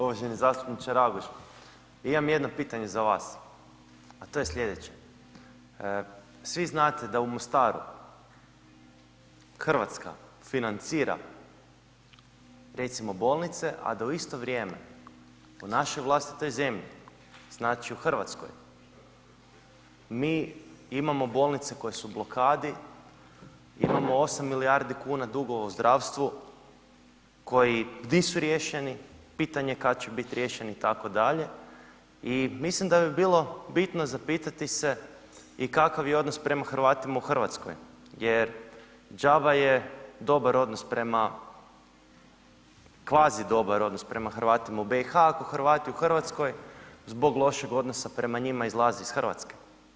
Uvaženi zastupniče Raguž, imam jedno pitanje za vas, a to je slijedeće, svi znate da u Mostaru RH financira recimo bolnice, a da u isto vrijeme u našoj vlastitoj zemlji, znači u RH, mi imamo bolnice koje su u blokadi, imamo 8 milijardi kuna dugova u zdravstvu koji di su riješeni, pitanje kad će bit riješeni itd. i mislim da bi bilo bitno zapitati se i kakav je odnos prema Hrvatima u RH jer džaba je dobar odnos prema, kvazi dobar odnos prema Hrvatima u BiH ako Hrvati u RH zbog lošeg odnosa prema njima izlazi iz RH.